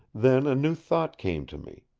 then a new thought came to me.